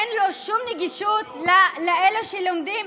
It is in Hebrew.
אין לו שום נגישות לאלה שלומדים,